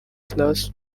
class